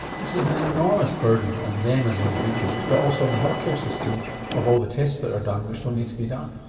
which is an enormous burden on them as individuals, but also on the healthcare system of all the tests that are done which don't need to be done.